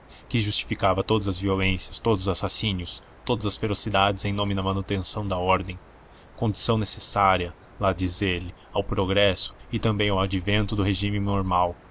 que justificava todas as violências todos os assassínios todas as ferocidades em nome da manutenção da ordem condição necessária lá diz ele ao progresso e também ao advento do regime normal